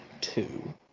two